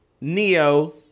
Neo